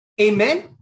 Amen